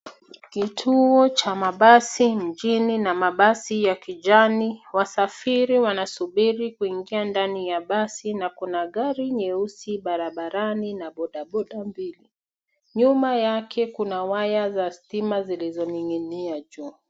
Kituo cha mabasi mjini na mabasi ya kijani. Wasafiri wanasubiri kuingia ndani ya basi na kuna gari nyeusi barabarani na bodaboda mbili. Nyuma yake kuna waya za stima zilizoning'inia juu.